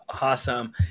Awesome